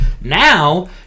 now